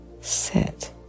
sit